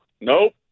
Nope